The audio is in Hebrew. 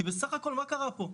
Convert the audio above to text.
בסך הכול מה קרה פה?